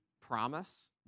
promise